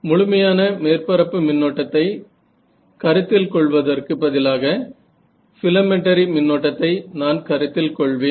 முழுமையான மேற்பரப்பு மின்னோட்டத்தை கருத்தில் கொள்வதற்கு பதிலாக பிலமென்ட்டரி மின்னோட்டத்தை நான் கருத்தில் கொள்வேன்